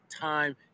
time